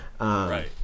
Right